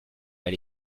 mal